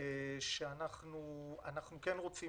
היא שאנחנו רוצים